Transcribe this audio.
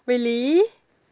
really